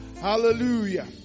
Hallelujah